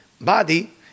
body